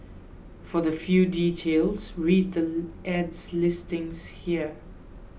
for the fill details read the ad's listings here